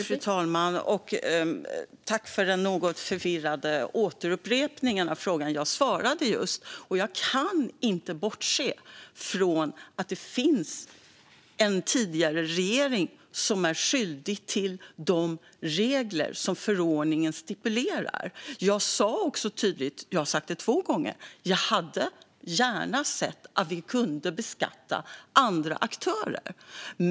Fru talman! Tack, Niklas Karlsson, för den något förvirrade återupprepningen av frågan! Jag svarade just på den, och jag kan inte bortse från att det finns en tidigare regering som är skyldig till de regler som förordningen stipulerar. Jag har också tydligt sagt, två gånger, att jag gärna hade sett att vi kunde beskatta andra aktörer.